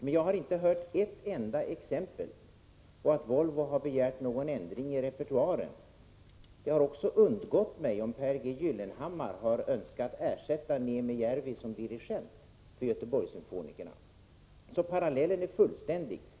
Men jag har inte hört något exempel på att Volvo har begärt någon ändring i repertoaren. Det har också undgått mig om Pehr G. Gyllenhammar har önskat ersätta Neeme Järvi som dirigent för Göteborgssymfonikerna.